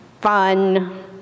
fun